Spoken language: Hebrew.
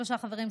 שלושה חברים,